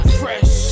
fresh